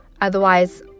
Otherwise